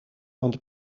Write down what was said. ond